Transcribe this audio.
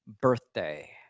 birthday